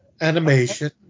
animation